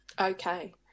okay